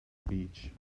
beach